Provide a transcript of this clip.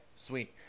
sweet